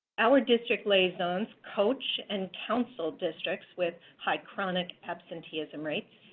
our district liaisons coach and counsel districts with high chronic absenteeism rates,